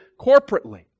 corporately